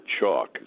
chalk